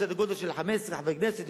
סדר-גודל של 15 חברי כנסת,